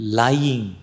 lying